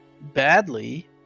badly